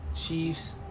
Chiefs